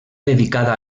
dedicada